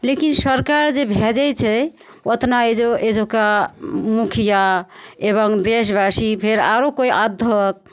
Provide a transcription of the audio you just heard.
लेकिन सरकार जे भेजै छै ओतना एहिजुका एहिजुका मुखिआ एवम देशवासी फेर आओर कोइ अधक